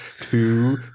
Two